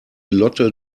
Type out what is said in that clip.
lotte